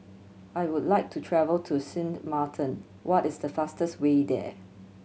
I would like to travel to Sint Maarten what is the fastest way there